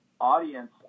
audience